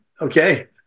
okay